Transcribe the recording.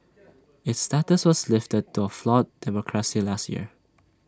its status was lifted to A flawed democracy last year